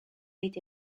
été